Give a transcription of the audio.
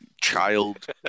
child